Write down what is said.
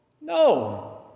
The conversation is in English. No